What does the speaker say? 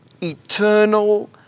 eternal